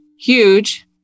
huge